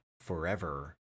forever